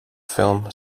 film